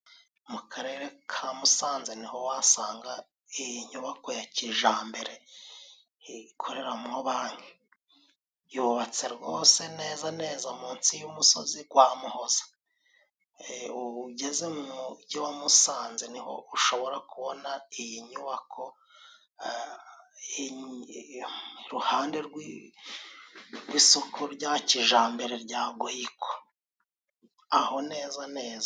Mu karere ka Musanze niho wasanga inyubako ya kijambere ikoreramo banki yubatse rwose neza neza munsi y'umusozi gwa Muhoza. Ubu ugeze mu mujyi wa Musanze niho ushobora kubona iyi nyubako iruhande rw'isoko rya kijambere rya gohiko aho neza neza.